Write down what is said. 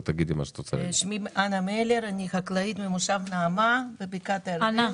אני חקלאית ממושב נעמה בבקעת הירדן.